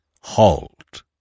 Halt